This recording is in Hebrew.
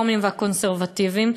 הרפורמים והקונסרבטיבים,